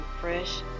fresh